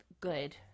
good